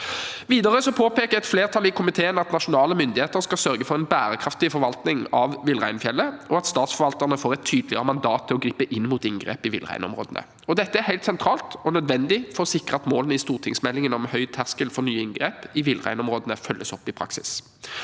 Videre påpeker et flertall i komiteen at nasjonale myndigheter skal sørge for en bærekraftig forvaltning av villreinfjellet, og at statsforvalterne får et tydeligere mandat til å gripe inn mot inngrep i villreinområdene. Dette er helt sentralt og nødvendig for å sikre at målene i stortingsmeldingen om høy terskel for nye inngrep i villreinområdene følges opp i praksis.